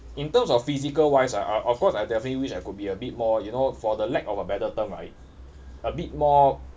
in terms of physical wise ah I of course I definitely wish I could be a bit more you know for the lack of a better term right a bit more